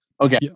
Okay